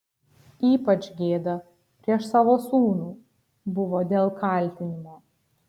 ypač gėda prieš savo sūnų buvo dėl kaltinimo